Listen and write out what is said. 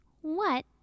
What